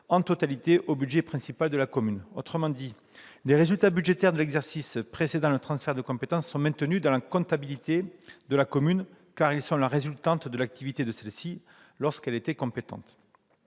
en totalité au budget principal de la commune. Autrement dit, les résultats budgétaires de l'exercice précédant le transfert de compétences sont maintenus dans la comptabilité de la commune, car ils résultent de l'activité de celle-ci lorsqu'elle était compétente.